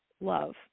love